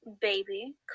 Baby